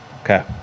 Okay